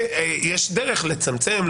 ויש דרך לצמצם,